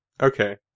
Okay